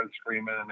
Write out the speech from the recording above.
screaming